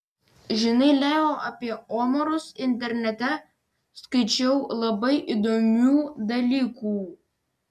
žinai leo apie omarus internete skaičiau labai įdomių dalykų